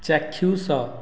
ଚାକ୍ଷୁଷ